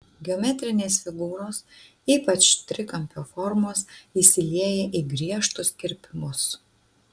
geometrinės figūros ypač trikampio formos įsilieja į griežtus kirpimus